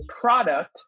product